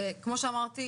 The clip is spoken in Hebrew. כמו שאמרתי,